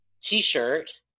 T-shirt